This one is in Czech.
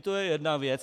To je jedna věc.